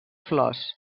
flors